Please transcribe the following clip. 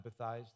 empathized